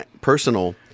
personal